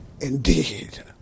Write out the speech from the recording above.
Indeed